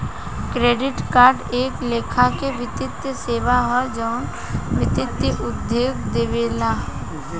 credit card एक लेखा से वित्तीय सेवा ह जवन वित्तीय उद्योग देवेला